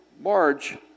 Marge